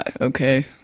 Okay